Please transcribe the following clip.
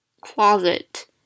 closet